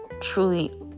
truly